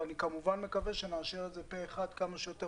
ואני כמובן מקווה שנאשר את זה פה אחד כמה שיותר